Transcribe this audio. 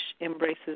embraces